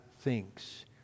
thinks